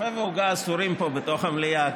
קפה ועוגה אסורים פה בתוך המליאה,